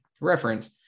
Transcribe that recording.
reference